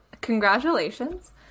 congratulations